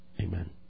Amen